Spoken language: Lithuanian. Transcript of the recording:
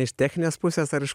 iš techninės pusės ar iš